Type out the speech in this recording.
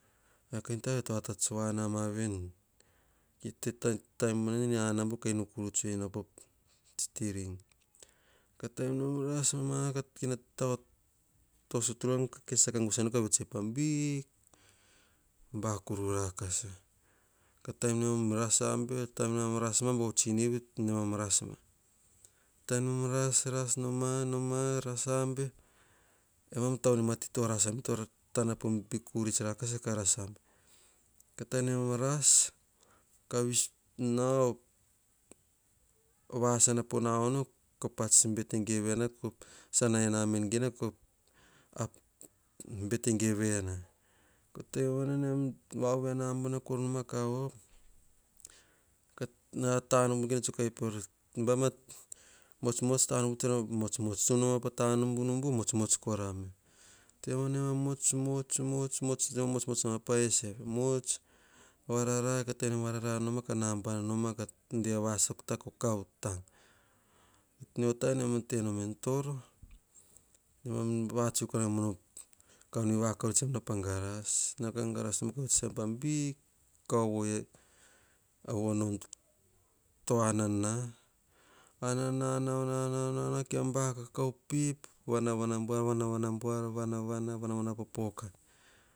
Kain taba viavi to atats voane maveni. Taim buanavi nene anabu ka inu koruts ei po string taim nemama rasma tau suturam. Ka kes saka gusanu ka opoi pa big bakuru rakasa. Taim nemam ras abe. Taim nemam ras ma. Boko tsinini nemam rasima ras-ras noma, ro noma ras abe. Emam a taunima ti to ras abe. Tana po big urits rakasa ka ras ambe. Ras, taim nemam vasana po na ono. Kopats bete gevena. Sana ena engena ko aff bete gevena. Tevoanasveni nan ove anabava. Kor noma ka op. Baim amutsmuts tanubunubu tsara mutsmuts tsun ma pata nubunubu ka mutsmuts korame. Mutsmuts noma pa eseve. Tenenemam varara. Kanaba noma ka devasok taa. Kokav tank. mio taim nemam tenom en toro. Nemam ya tsoe vakavoeme vono kan jui vakav vori tsemam nauo en toro. Garas asema pa big kao vono to anana. Ananao na. Vakakau pip vanavana po pokat.